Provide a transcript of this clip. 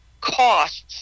costs